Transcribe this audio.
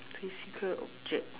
physical object